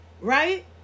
Right